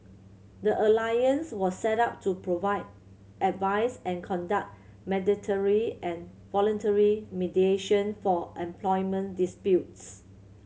the alliance was set up to provide advice and conduct mandatory and voluntary mediation for employment disputes